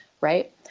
right